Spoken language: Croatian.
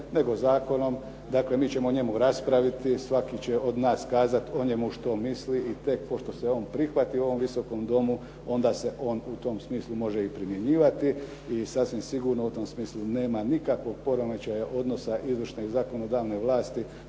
nego zakonom. Dakle, mi ćemo o njemu raspraviti. Svaki će o njemu kazati što o njemu misli i tek pošto se on prihvati u ovom Visokom domu, onda se on u tom smislu može i primjenjivati. I sasvim sigurno u tom smislu nema nikakvog poremećaja odnosa izvršne i zakonodavne vlasti.